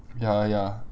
ya ya